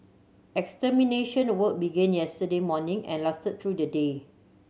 extermination work began yesterday morning and lasted through the day